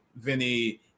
Vinny